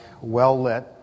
well-lit